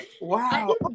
Wow